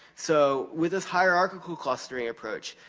so, with this hierarchical clustering approach,